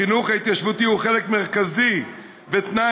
החינוך ההתיישבותי הוא חלק מרכזי ותנאי